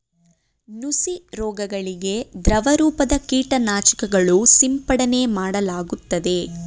ನುಸಿ ರೋಗಗಳಿಗೆ ದ್ರವರೂಪದ ಕೀಟನಾಶಕಗಳು ಸಿಂಪಡನೆ ಮಾಡಲಾಗುತ್ತದೆ